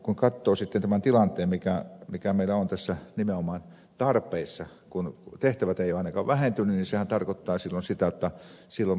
kun katsoo tämän tilanteen mikä meillä on nimenomaan tarpeissa kun tehtävät eivät ole ainakaan vähentyneet niin sehän tarkoittaa silloin sitä jotta silloin palvelu tulee heikkenemään